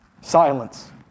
Silence